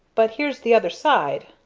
but here's the other side.